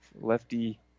Lefty